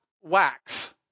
wax